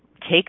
take